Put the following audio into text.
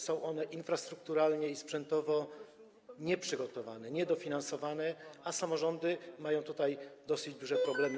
Są one infrastrukturalnie i sprzętowo nieprzygotowane, niedofinansowane, a samorządy mają z tym dosyć duże problemy.